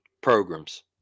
programs